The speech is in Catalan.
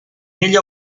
ella